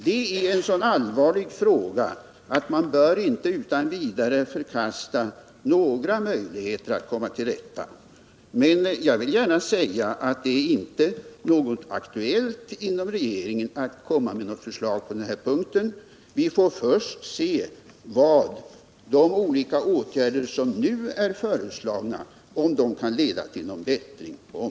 Detta är en så allvarlig fråga att man inte utan vidare bör förkasta några möjligheter att komma till rätta med problemet. Men jag vill gärna säga att det inte är aktuellt inom regeringen att lägga fram något förslag på denna punkt. Vi får först se om de olika åtgärder, som nu är föreslagna, kan leda till någon Nr 115